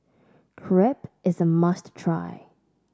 crepe is a must try